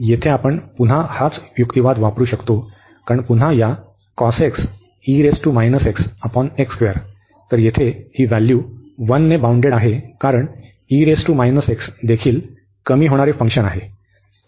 येथे आपण पुन्हा हाच युक्तिवाद वापरू शकतो कारण पुन्हा हा तर येथे ही व्हॅल्यू 1 ने बाउंडेड आहे कारण देखील कमी होणारे फंक्शन आहे